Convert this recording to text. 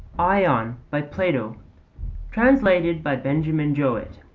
ion by plato translated by benjamin jowett